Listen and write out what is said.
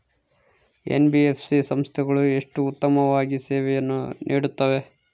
NBFC ಸಂಸ್ಥೆಗಳು ಎಷ್ಟು ಉತ್ತಮವಾಗಿ ಸೇವೆಯನ್ನು ನೇಡುತ್ತವೆ?